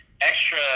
extra